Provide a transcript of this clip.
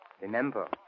Remember